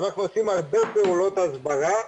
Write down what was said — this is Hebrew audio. אנחנו עושים הרבה פעולות הסברה.